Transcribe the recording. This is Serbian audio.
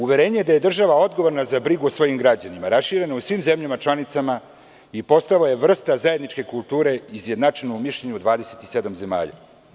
Uverenje da je država odgovorna za brigu o svojim građanima raširena je u svim zemljama članicama i postala je vrsta zajedničke kulture izjednačena u mišljenju 27 zemalja.